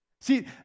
See